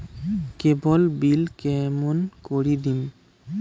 কেবল bill কেমন করি দিম?